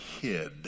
hid